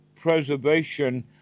preservation